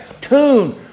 Tune